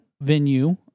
venue